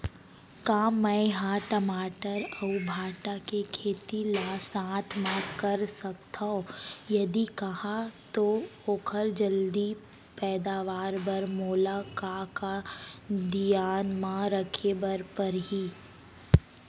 का मै ह टमाटर अऊ भांटा के खेती ला साथ मा कर सकथो, यदि कहाँ तो ओखर जलदी पैदावार बर मोला का का धियान मा रखे बर परही?